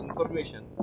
information